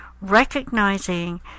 recognizing